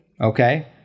Okay